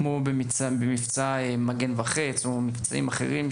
כמו במבצע מגן וחץ או במבצעים אחרים,